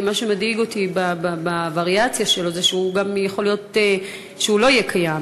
מה שמדאיג אותי בווריאציה שלו זה שיכול להיות גם שהוא לא יהיה קיים.